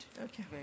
Okay